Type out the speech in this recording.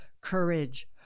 courage